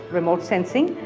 remote sensing,